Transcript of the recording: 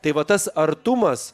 tai va tas artumas